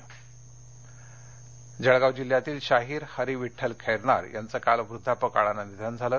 निधन जळगाव जळगाव जिल्ह्यातील शाहीर हरी विठ्ठल खैरनार यांचं काल वृद्धापकाळानं निधन झालं